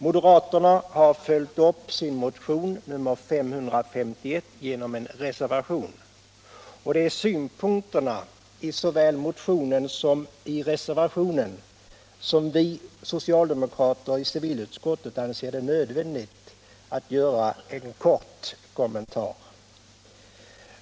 Moderaterna har följt upp sin motion nr 551 genom en reservation, och det är synpunkterna i såväl motionen som reservationen som vi socialdemokrater i civilutskottet anser det nödvändigt att göra en kort kommentar till.